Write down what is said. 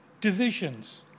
divisions